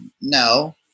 no